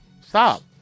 Stop